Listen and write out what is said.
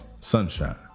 sunshine